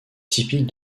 typique